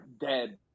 dead